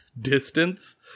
distance